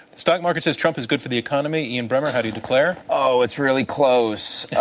stock market says trump is good for the economy, ian bremmer, how do you declare? oh, it's really close.